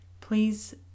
please